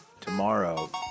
Tomorrow